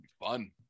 Fun